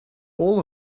all